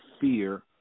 fear